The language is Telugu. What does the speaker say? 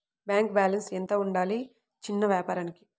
బ్యాంకు బాలన్స్ ఎంత ఉండాలి చిన్న వ్యాపారానికి?